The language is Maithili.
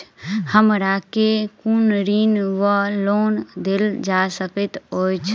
हमरा केँ कुन ऋण वा लोन देल जा सकैत अछि?